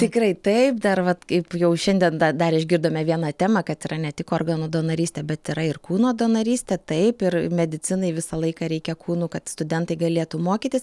tikrai taip dar vat kaip jau šiandien dar išgirdome vieną temą kad yra ne tik organų donorystė bet yra ir kūno donorystė taip ir medicinai visą laiką reikia kūnų kad studentai galėtų mokytis